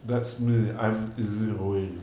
that's me I'm easy-going